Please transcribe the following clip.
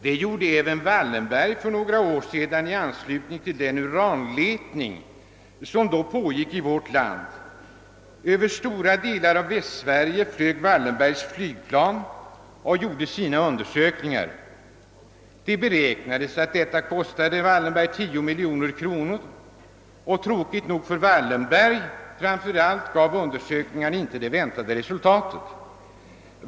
Så gjorde även Wallenberg för några år sedan i anslutning till den uranletning, som då pågick i vårt land. Över stora delar av Västsverige flög Wallenbergs flygplan och gjorde sina undersökningar. Det beräknades att detta kostade honom 10 miljoner kronor. Tråkigt nog — framför allt för Wallenberg — gav undersökningarna inte det väntade resultatet.